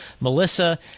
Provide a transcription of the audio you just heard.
Melissa